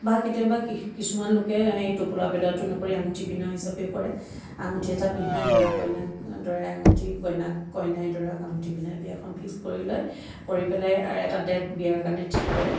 বা কেতিয়াবা কিছুমান লোকে এই টোপোলা পেলোৱাটো নকৰি আঙুঠি পিন্ধোৱা হিচাপেও কৰে আঙুঠি এটা পিন্ধাই দৰা কইনাক দৰাই আঙুঠি কইনাক কইনাই দৰাক আঙুঠি পিন্ধাই বিয়াখন ফিক্স কৰি লয় কৰি পেলাই আৰু এটা ডেট বিয়াৰ কাৰণে ঠিক কৰে